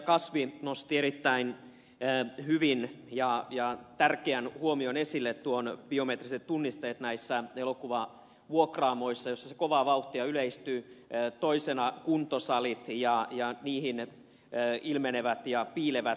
kasvi nosti erittäin hyvin erään tärkeän huomion esille biometriset tunnisteet näissä elokuvavuokraamoissa joissa se kovaa vauhtia yleistyy toisena kuntosalit ja niissä ilmenevät ja piilevät vaaratekijät